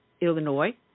Illinois